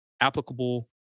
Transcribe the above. applicable